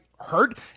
hurt